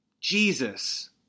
Jesus